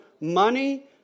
money